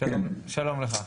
שלום לך.